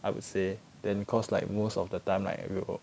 I would say then cause like most of the time like you